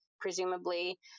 presumably